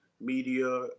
media